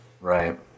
Right